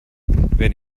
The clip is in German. wer